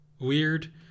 weird